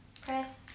Press